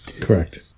Correct